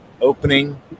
opening